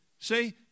See